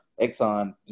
Exxon